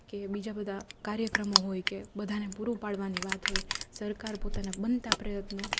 કે બીજા બધા કાર્યક્રમો હોયકે બધાને પૂરું પાડવાની વાત હોય સરકાર પોતાના બનતા પ્રયત્નો